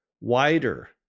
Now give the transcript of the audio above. wider